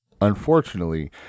unfortunately